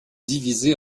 divisés